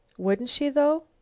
wouldn't she, though?